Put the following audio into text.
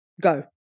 Go